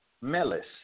melis